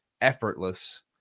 effortless